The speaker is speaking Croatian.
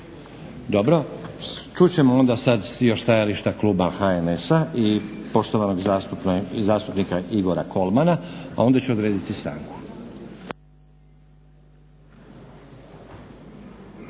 Dobro. Čut ćemo onda sad još stajališta kluba HNS-a i poštovanog zastupnika Igora Kolmana, a onda ću odrediti stanku.